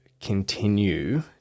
continue